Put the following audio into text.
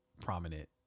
prominent